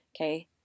okay